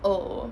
oh